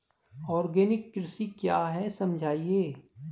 Organic कृषि क्या है समझाइए?